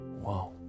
wow